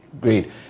Great